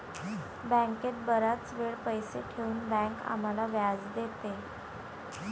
बँकेत बराच वेळ पैसे ठेवून बँक आम्हाला व्याज देते